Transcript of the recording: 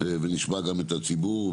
ונשמע גם את הציבור,